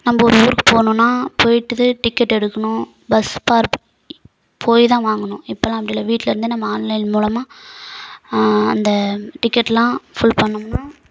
நம்ப ஒரு ஊருக்கு போணுனால் போயிட்டு டிக்கெட் எடுக்கணும் பஸ் பார் போய்தான் வாங்கணும் இப்பெல்லாம் அப்படி இல்லை வீட்டிலிருந்தே நம்ம ஆன்லைன் மூலமாக அந்த டிக்கெட்லாம் ஃபுல் பண்ணோம்னால்